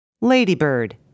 Ladybird